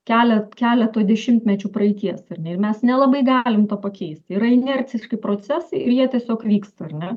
kelet keleto dešimtmečių praeities ar ne ir mes nelabai galim to pakeisti yra inerciški procesai ir jie tiesiog vyksta ar ne